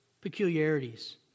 peculiarities